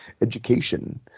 education